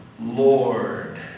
Lord